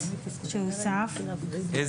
(א1)